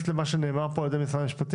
אל מה שנאמר פה על ידי משרד המשפטים?